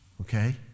okay